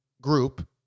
group